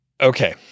okay